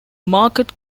market